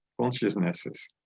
consciousnesses